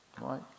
right